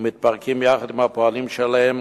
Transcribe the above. ומתפרקים יחד עם הפועלים שעליהם,